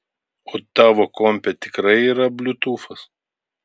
o tavo kompe tikrai yra bliutūfas